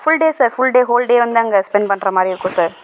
full day sir full day ஹோல்டேவும் வந்து அங்கே ஸ்பென்ட் பண்ணுற மாதிரி இருக்கும் சார்